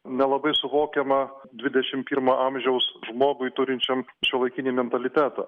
nelabai suvokiama dvidešim pirmo amžiaus žmogui turinčiam šiuolaikinį mentalitetą